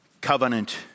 covenant